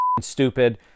stupid